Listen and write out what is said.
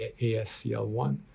ASCL1